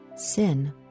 sin